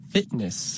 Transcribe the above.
Fitness